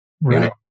Right